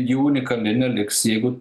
ji unikali neliks jeigu